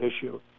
issue